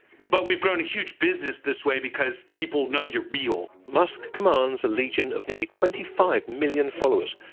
but we've grown a huge business this way because people know you're real. musk commands a legion of nearly twenty five million followers,